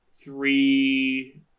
three